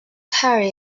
harry